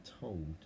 told